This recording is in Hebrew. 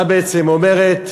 מה בעצם היא אומרת?